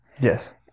Yes